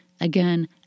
Again